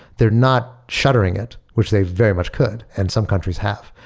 they're not shuttering it, which they very much could, and some countries have.